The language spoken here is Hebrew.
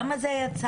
למה זה יצא?